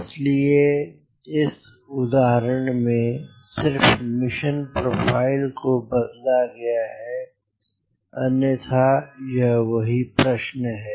इसलिए इस उदाहरण में सिर्फ मिशन प्रोफाइल को बदला गया है अन्यथा यह वही प्रश्न है